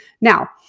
Now